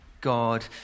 God